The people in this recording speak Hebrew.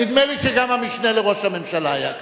אני רק אומר לך: נדמה לי שגם המשנה לראש הממשלה היה כך.